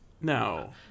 no